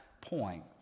point